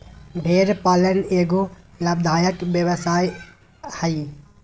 भेड़ पालन एगो लाभदायक व्यवसाय हइ